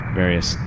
various